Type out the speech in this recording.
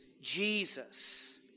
Jesus